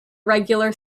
regular